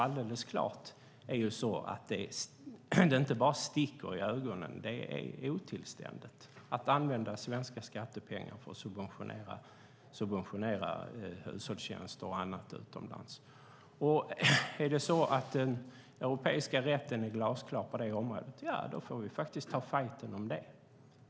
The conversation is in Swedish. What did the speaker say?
Alldeles klart är det så att det inte bara sticker i ögonen utan är otillständigt att använda svenska skattepengar för att subventionera hushållstjänster och annat utomlands. Är det så att den europeiska rätten är glasklar på det området får vi ta fajten om det.